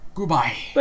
Goodbye